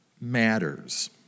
matters